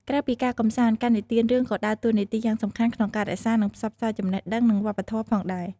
ក្រៅពីការកម្សាន្ត ការនិទានរឿងក៏ដើរតួនាទីយ៉ាងសំខាន់ក្នុងការ រក្សា និងផ្សព្វផ្សាយចំណេះដឹង និងវប្បធម៌ផងដែរ។